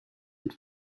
and